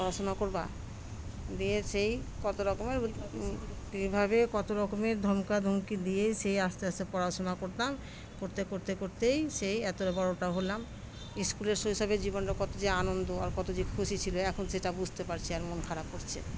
পড়াশোনা করবা দিয়ে সেই কত রকমের এইভাবে কত রকমের ধমকা ধমকি দিয়েই সেই আস্তে আস্তে পড়াশোনা করতাম করতে করতে করতেই সেই এতটা বড়টা হলাম স্কুলের শৈশবের জীবনটা কত যে আনন্দ আর কত যে খুশি ছিল এখন সেটা বুঝতে পারছি আর মন খারাপ করছে